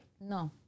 No